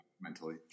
Mentally